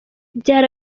byari